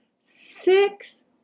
Six